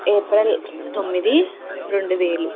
April తొమ్మిది రెండు వేలు